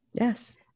Yes